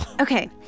Okay